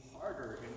harder